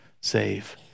save